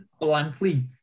blankly